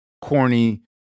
corny